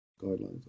Guidelines